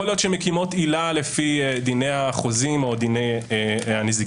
יכול להיות שהן מקימות עילה לפי דיני החוזים או דיני הנזיקין.